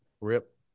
rip